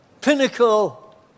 pinnacle